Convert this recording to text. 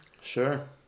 Sure